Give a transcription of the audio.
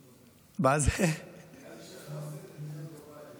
נראה לי שאתה עושה את הקניות בבית.